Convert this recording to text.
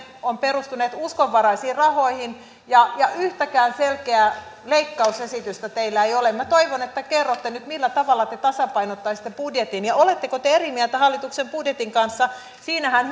on perustunut uskonvaraisiin rahoihin ja yhtäkään selkeää leikkausesitystä teillä ei ole minä toivon että kerrotte nyt millä tavalla te tasapainottaisitte budjetin ja oletteko te eri mieltä hallituksen budjetin kanssa siinähän